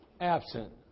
absent